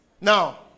Now